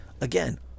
again